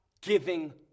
giving